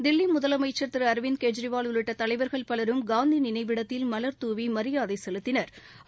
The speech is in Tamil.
தில்லி முதலமைச்சா் திரு அரவிந்த் கெஜ்ரிவால் உள்ளிட்ட தலைவா்கள் பலரும் காந்தி நினைவிடத்தில் மலா் தூவி மரியாதை செலுத்தினா்